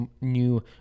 new